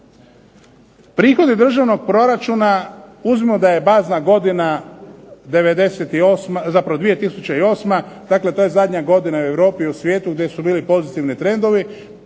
prihodi državnog proračuna uzmimo da je bazna godina '98., zapravo 2008. Dakle, to je zadnja godina i u Europi i u svijetu gdje su bili pozitivni trendovi.